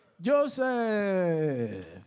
Joseph